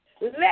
let